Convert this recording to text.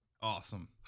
Awesome